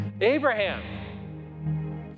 Abraham